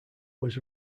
was